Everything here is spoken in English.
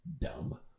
dumb